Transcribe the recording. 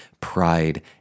pride